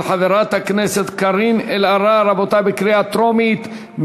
של חברת הכנסת קארין אלהרר, קריאה טרומית.